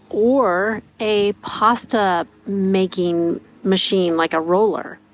or a pasta making machine, like a roller.